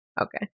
okay